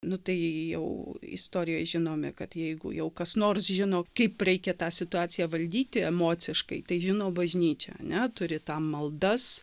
nu tai jau istorijoj žinome kad jeigu jau kas nors žino kaip reikia tą situaciją valdyti emociškai tai žino bažnyčia ane turi tam maldas